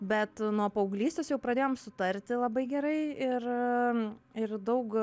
bet nuo paauglystės jau pradėjom sutarti labai gerai ir ir daug